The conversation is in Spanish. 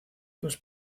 los